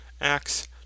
Acts